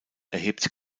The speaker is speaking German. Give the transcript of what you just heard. erhebt